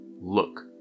look